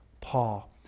Paul